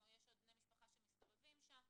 או יש עוד בני משפחה שמסתובבים שם.